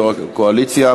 יושב-ראש הקואליציה,